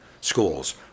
schools